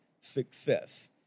success